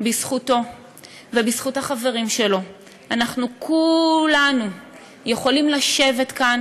בזכותו ובזכות החברים שלו אנחנו כולנו יכולים לשבת כאן